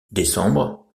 décembre